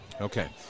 Okay